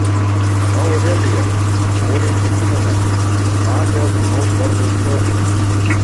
mama aurelija noriai prisimena smagią sūnaus vardo istoriją